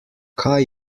kaj